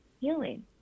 healing